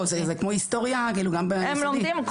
הם לומדים,